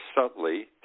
subtly